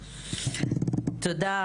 תודה,